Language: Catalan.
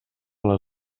les